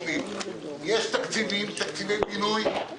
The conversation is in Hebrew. בוקר טוב, אני מתכבד לפתוח את ישיבת ועדת הכספים.